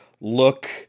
look